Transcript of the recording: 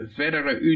verdere